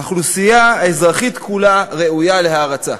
האוכלוסייה האזרחית כולה ראויה להערצה.